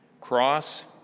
Cross